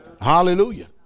hallelujah